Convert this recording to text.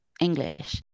English